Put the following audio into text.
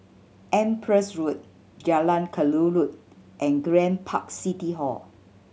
Empress Road Jalan Kelulut and Grand Park City Hall